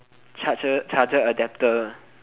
charger charger adapter